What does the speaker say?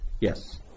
Yes